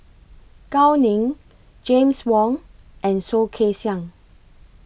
Gao Ning James Wong and Soh Kay Siang